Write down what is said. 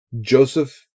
Joseph